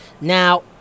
Now